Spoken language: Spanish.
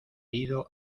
ido